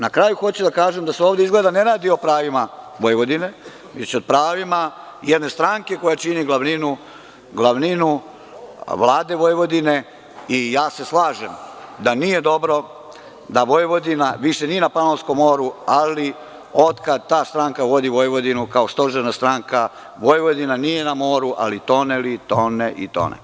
Na kraju, hoću da kažem da se ovde izgleda ne radi o pravima Vojvodine, već o pravima jedne stranke koja čini glavninu Vlade Vojvodine i slažem se da nije dobro da, Vojvodina više nije na Panonskom moru, ali otkad ta stranka vodi Vojvodinu, kao stožerna stranka, Vojvodina nije na moru, ali tone li, tone i tone.